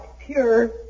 pure